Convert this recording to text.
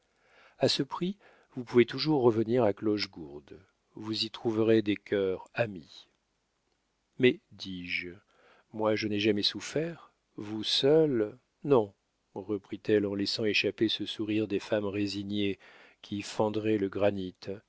a ce prix vous pouvez toujours revenir à clochegourde vous y trouverez des cœurs amis mais dis-je moi je n'ai jamais souffert vous seule non reprit-elle en laissant échapper ce sourire des femmes résignées qui fendrait le granit